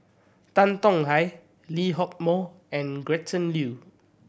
Tan Tong Hye Lee Hock Moh and Gretchen Liu